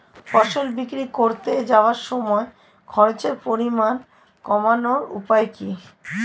ফসল বিক্রি করতে যাওয়ার সময় খরচের পরিমাণ কমানোর উপায় কি কি আছে?